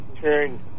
turn